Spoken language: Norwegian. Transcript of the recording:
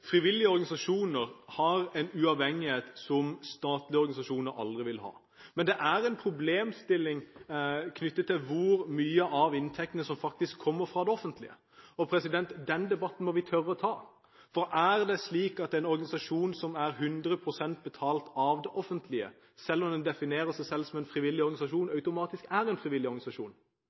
frivillige organisasjoner har en uavhengighet som statlige organisasjoner aldri vil ha. Det er en problemstilling knyttet til hvor mye av inntektene som faktisk kommer fra det offentlige. Den debatten må vi tørre å ta. For er det slik at en organisasjon som er 100 pst. betalt av det offentlige, selv om den definerer seg selv som en frivillig organisasjon, automatisk er en frivillig organisasjon?